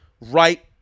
right